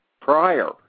prior